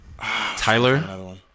Tyler